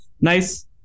Nice